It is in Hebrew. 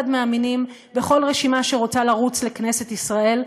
מהמינים בכל רשימה שרוצה לרוץ לכנסת ישראל,